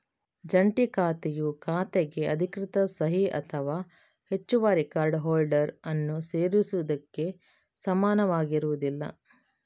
ಜಂಟಿ ಖಾತೆಯು ಖಾತೆಗೆ ಅಧಿಕೃತ ಸಹಿ ಅಥವಾ ಹೆಚ್ಚುವರಿ ಕಾರ್ಡ್ ಹೋಲ್ಡರ್ ಅನ್ನು ಸೇರಿಸುವುದಕ್ಕೆ ಸಮನಾಗಿರುವುದಿಲ್ಲ